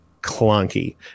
clunky